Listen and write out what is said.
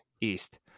East